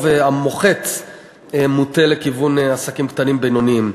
המוחץ מוטה לכיוון עסקים קטנים-בינוניים.